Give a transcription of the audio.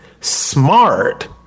smart